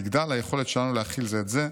תגדל היכולת שלנו להכיל זה את זה.